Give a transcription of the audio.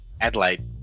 Adelaide